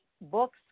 books